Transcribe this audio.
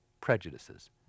prejudices